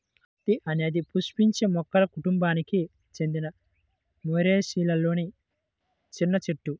అత్తి అనేది పుష్పించే మొక్కల కుటుంబానికి చెందిన మోరేసిలోని చిన్న చెట్టు